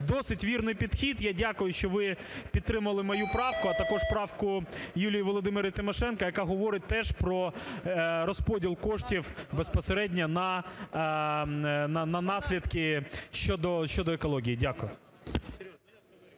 Досить вірний підхід. Я дякую, що ви підтримали мою правку, а також Юлії Володимирівни Тимошенко, яка говорить теж про розподіл коштів безпосередньо на наслідки щодо екології. Дякую.